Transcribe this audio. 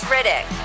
Riddick